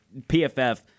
PFF